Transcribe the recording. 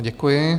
Děkuji.